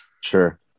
Sure